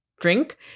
drink